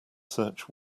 search